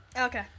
Okay